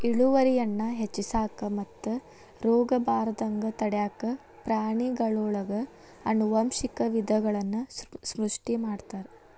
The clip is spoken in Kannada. ಇಳುವರಿಯನ್ನ ಹೆಚ್ಚಿಸಾಕ ಮತ್ತು ರೋಗಬಾರದಂಗ ತಡ್ಯಾಕ ಪ್ರಾಣಿಗಳೊಳಗ ಆನುವಂಶಿಕ ವಿಧಗಳನ್ನ ಸೃಷ್ಟಿ ಮಾಡ್ತಾರ